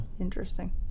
Interesting